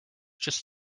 just